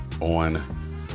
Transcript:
on